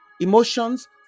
Emotions